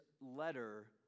letter